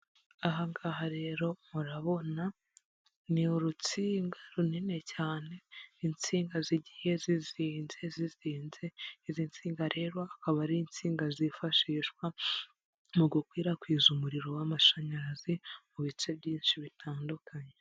Aha ngaha rero murabona, ni urutsinga runini cyane, insinga zigiye zizinze, zizinze, izi nsinga rero akaba ari insinga zifashishwa mu gukwirakwiza umuriro w'amashanyarazi, mu bice byinshi bitandukanye.